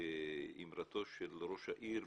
וכאמרתו של ראש העיר,